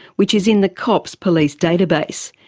which is in the cops police database.